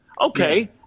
Okay